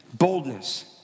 Boldness